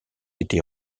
été